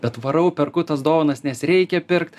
bet varau perku tas dovanas nes reikia pirkt